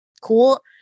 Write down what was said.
cool